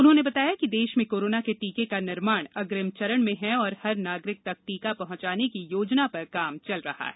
उन्होंने बताया कि देश मे कोरोना के टीके का निर्माण अग्रिम चरण में है और हर नागरिक तक टीका पहुंचाने की योजना पर काम चल रहा हैं